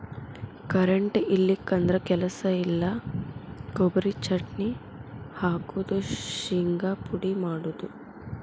current ಇಲ್ಲಿಕಂದ್ರ ಕೆಲಸ ಇಲ್ಲಾ, ಕೊಬರಿ ಚಟ್ನಿ ಹಾಕುದು, ಶಿಂಗಾ ಪುಡಿ ಮಾಡುದು